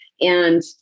and-